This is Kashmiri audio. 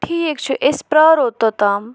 ٹھیٖک چھُ أسۍ پیارو توٚتام